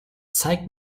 zeig